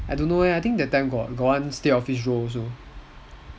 I don't know leh but I think last time got one stay office role also